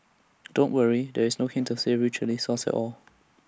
don't worry there is no hint to savoury Chilli sauce at all